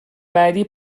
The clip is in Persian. بعدی